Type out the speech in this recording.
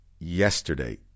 Yesterday